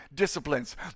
disciplines